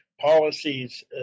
policies